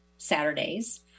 Saturdays